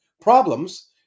problems